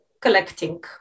collecting